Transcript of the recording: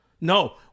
no